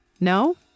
No